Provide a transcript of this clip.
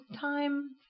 time